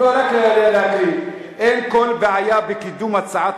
בואי רק נקריא: "אין כל בעיה בקידום הצעת